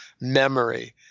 memory